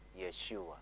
Yeshua